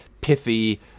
pithy